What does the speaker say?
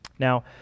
Now